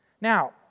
Now